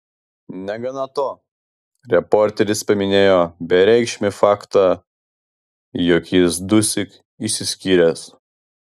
negana to reporteris paminėjo bereikšmį faktą jog jis dusyk išsiskyręs